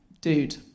dude